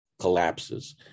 collapses